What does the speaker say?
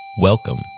Welcome